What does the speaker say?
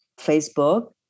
Facebook